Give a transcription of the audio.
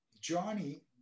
Johnny